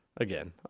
Again